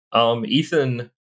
Ethan